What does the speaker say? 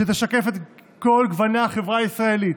שתשקף את כל גוני החברה הישראלית.